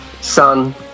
Sun